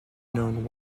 known